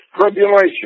tribulation